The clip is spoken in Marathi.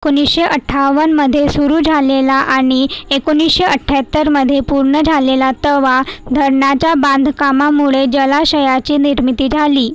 एकोणीसशे अठ्ठावनमध्ये सुरू झालेला आणि एकोणीसशे अठ्ठ्यात्तरमध्ये पूर्ण झालेला तवा धरणाच्या बांधकामामुळे जलाशयाची निर्मिती झाली